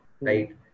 Right